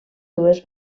dues